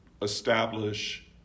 establish